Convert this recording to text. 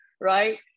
right